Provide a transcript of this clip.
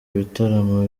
ibitaramo